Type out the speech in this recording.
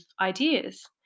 ideas